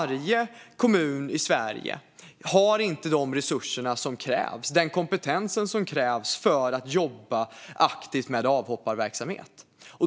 Alla kommuner i Sverige har inte de resurser och den kompetens som krävs för att jobba aktivt med avhopparverksamhet.